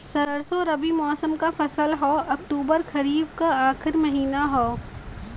सरसो रबी मौसम क फसल हव अक्टूबर खरीफ क आखिर महीना हव